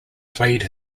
played